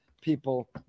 people